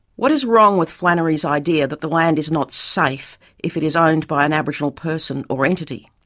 what is wrong with flannery's idea that the land is not safe if it is owned by an aboriginal person or entity?